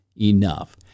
enough